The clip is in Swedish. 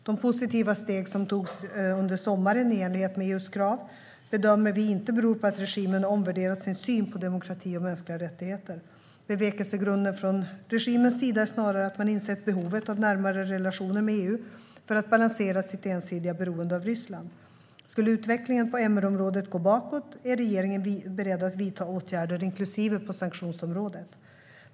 De positiva steg som togs under sommaren, i enlighet med EU:s krav, bedömer vi beror inte på att regimen har omvärderat sin syn på demokrati och mänskliga rättigheter. Bevekelsegrunden från regimens sida är snarare att man insett behovet av närmare relationer med EU för att balansera sitt ensidiga beroende av Ryssland. Skulle utvecklingen på MR-området gå bakåt är regeringen beredd att vidta åtgärder, inklusive på sanktionsområdet.